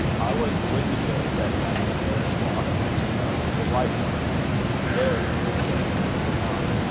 i was the wicked ghost that night in the ghost's walk, you know the white one there is the good ghost, the nun,